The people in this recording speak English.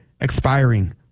expiring